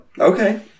Okay